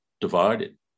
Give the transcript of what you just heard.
divided